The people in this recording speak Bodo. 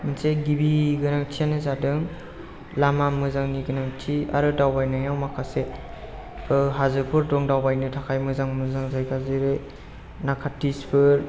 मोनसे गिबि गोनांथियानो जादों लामा मोजांनि गोनांथि आरो दावबायनायाव माखासे हाजोफोर दं दावबायनो थाखाय मोजां मोजां जायगा जेरै नाखाथि स्प'ट